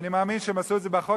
אני מאמין שהם עשו את זה כחוק,